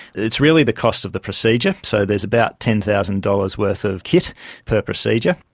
it's really the cost of the procedure. so there's about ten thousand dollars worth of kit per procedure,